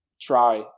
try